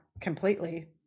completely